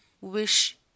wish